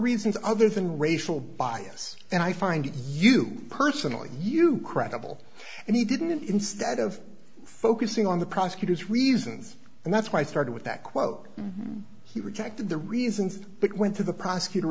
reasons other than racial bias and i find you personally you credible and he didn't instead of focusing on the prosecutor's reasons and that's why i started with that quote he rejected the reasons but went to the prosecutor